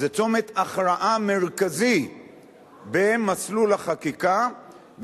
זה צומת הכרעה מרכזי במסלול החקיקה,